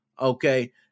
Okay